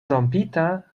rompita